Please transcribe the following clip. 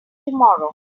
tomorrow